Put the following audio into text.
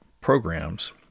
programs